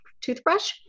toothbrush